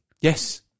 Yes